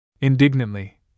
Indignantly